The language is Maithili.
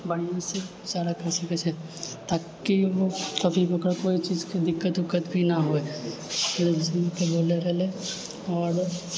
बढ़िआँ से सारा कहि सकैत छै ताकि ओकरा कोइ चीजके दिक्कत उक्कत भी नहि हुए आओर